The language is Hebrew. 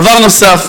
דבר נוסף,